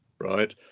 right